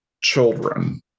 children